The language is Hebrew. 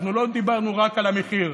אנחנו לא דיברנו רק על המחיר,